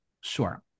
sure